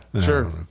sure